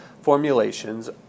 formulations